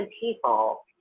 people